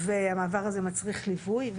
והמעבר הזה מצריך ליווי.